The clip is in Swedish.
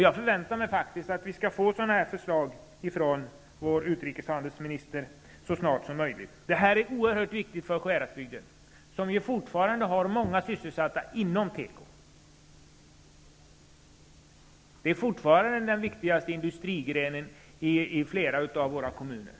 Jag förväntar mig faktiskt att vi får sådana förslag från vår utrikeshandelsminister så snart som möjligt. Dessa förändringar är oerhört viktiga för Sjuhäradsbygden, som fortfarande har många sysselsatta inom teko. Det är fortfarande den viktigaste industrigrenen i flera av våra kommuner.